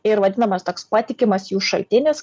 ir vadinamas toks patikimas jų šaltinis